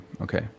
okay